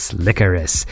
licorice